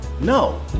No